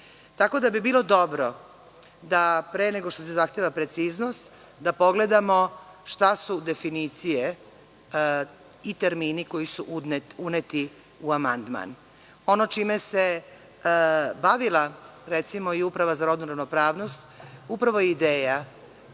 Tako da bi bilo dobro da pre nego što se zahteva preciznost da pogledamo šta su definicije i termini koji su uneti u amandman. Ono čime se bavila, recimo, i Uprava za rodnu ravnopravnost upravo je ideja